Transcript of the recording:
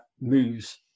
moves